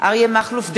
אריה מכלוף דרעי,